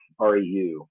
REU